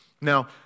Now